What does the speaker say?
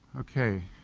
okay.